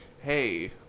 hey